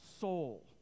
soul